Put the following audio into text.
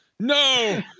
no